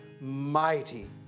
mighty